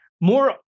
more